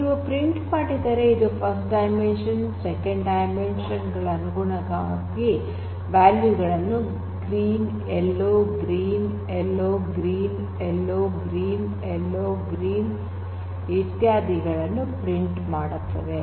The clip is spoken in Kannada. ನೀವು ಪ್ರಿಂಟ್ ಮಾಡಿದರೆ ಇದು ಫಸ್ಟ್ ಡೈಮೆನ್ಷನ್ ಸೆಕೆಂಡ್ ಡೈಮೆನ್ಷನ್ ಗಳ ಅನುಗುಣವಾದ ವ್ಯಾಲ್ಯೂ ಗಳಾದ green yellow green yellow green yellow green yellow green ಇತ್ಯಾದಿ ಗಳನ್ನು ಪ್ರಿಂಟ್ ಮಾಡುತ್ತದೆ